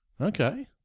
Okay